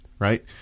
Right